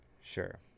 Sure